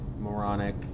moronic